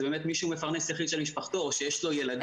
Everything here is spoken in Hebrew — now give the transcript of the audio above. זה באמת מי שמפרנס יחיד של משפחתו או שיש לו ילדים.